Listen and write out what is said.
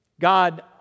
God